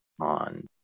on